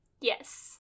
yes